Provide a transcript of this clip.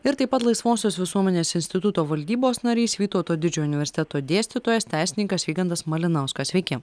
ir taip pat laisvosios visuomenės instituto valdybos narys vytauto didžiojo universiteto dėstytojas teisininkas vygantas malinauskas sveiki